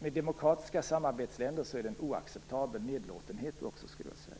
Med demokratiska samarbetsländer är det också en oacceptabel nedlåtenhet, skulle jag vilja säga.